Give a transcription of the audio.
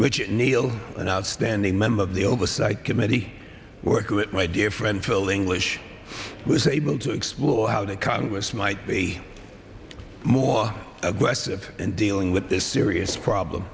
which neal an outstanding member of the oversight committee work with my dear friend phil english was able to explore how the congress might be more aggressive in dealing with this serious problem